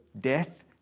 death